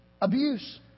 Abuse